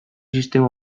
sistema